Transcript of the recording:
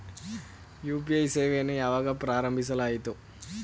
UPI ಸೇವೆಯನ್ನು ಯಾವಾಗ ಪ್ರಾರಂಭಿಸಲಾಯಿತು?